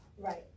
Right